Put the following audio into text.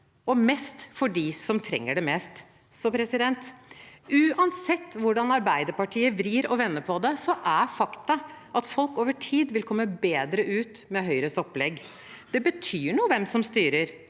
og mest for dem som trenger det mest. Uansett hvordan Arbeiderpartiet vrir og vender på det, er faktum at folk over tid vil komme bedre ut med Høyres opplegg. Det betyr noe hvem som styrer